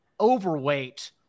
overweight